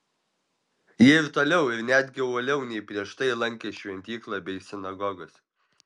jie ir toliau ir netgi uoliau nei prieš tai lankė šventyklą bei sinagogas